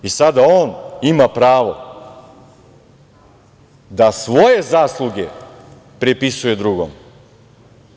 I, sada on ima pravo da svoje zasluge prepisuje drugom.